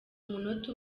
umunota